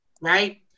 right